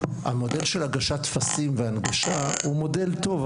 המודל של הגשת טפסים והנגשה הוא מודל טוב,